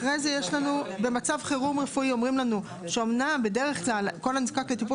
אחרי זה במצב חירום רפואי אומרים לנו שאמנם בדרך כלל כל הנזקק לטיפול